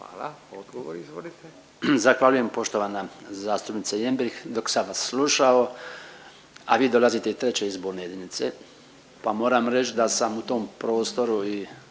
Hvala. Odgovor, izvolite.